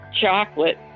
chocolate